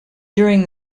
during